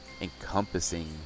encompassing